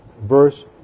verse